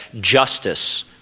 Justice